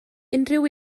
unrhyw